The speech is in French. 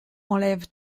enlève